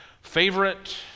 Favorite